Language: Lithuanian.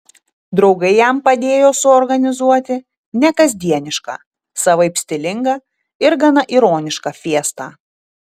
draugai jam padėjo suorganizuoti nekasdienišką savaip stilingą ir gana ironišką fiestą